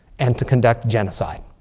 and to conduct genocide.